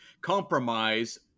compromise